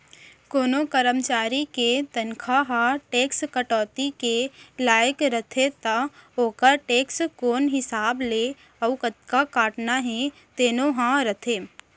कोनों करमचारी के तनखा ह टेक्स कटौती के लाइक रथे त ओकर टेक्स कोन हिसाब ले अउ कतका काटना हे तेनो ह रथे